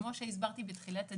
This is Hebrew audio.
כמו שהסברתי בתחילת הדיון,